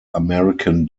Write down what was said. american